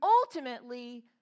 ultimately